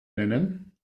nennen